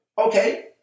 okay